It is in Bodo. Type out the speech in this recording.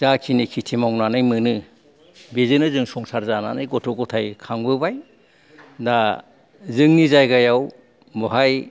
जा खिनि खेथि मावनानै मोनो बिजोंनो जों संसार जानानै माने गथ' गथाय खांबोबाय दा जोंनि जायगायाव बेवहाय